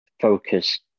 focus